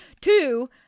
Two